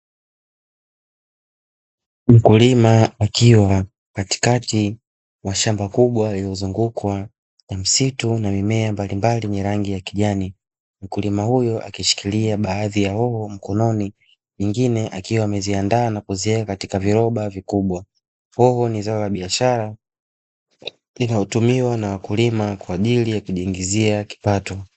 Mkulima akiwa katikati ya shamba kubwa linalozungukwa na msitu na mimea mbalimbali yenye rangi ya kijani. Mkulima huyu akishikilia baadhi ya hoho mkononi nyingine akiwa ameziandaa na kuziweka katika viroba vikubwa. Hoho ni zao la biashara linalotumiwa na wakulima kwa ajili ya kujiingizia kipato.